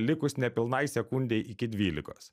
likus nepilnai sekundei iki dvylikos